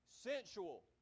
Sensual